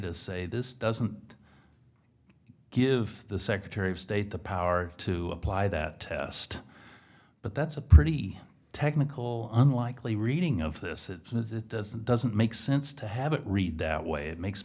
to say this doesn't give the secretary of state the power to apply that test but that's a pretty technical unlikely reading of this it doesn't doesn't make sense to have it read that way it makes